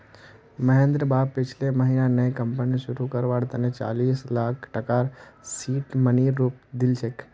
महेंद्रेर बाप पिछले महीना नया कंपनी शुरू करवार तने चालीस लाख टकार सीड मनीर रूपत दिल छेक